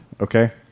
okay